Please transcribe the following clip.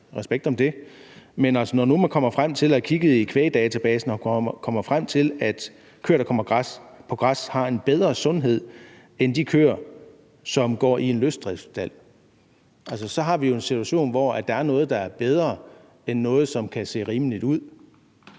respekt for det. Men når nu man ved at have kigget i Kvægdatabasen kommer frem til, at køer, der kommer på græs, er sundere end de køer, som går i en løsdriftsstald, så har vi jo en situation, hvor der er noget, der er bedre end noget andet, som kan se rimeligt ud.